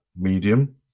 medium